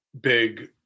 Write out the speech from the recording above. big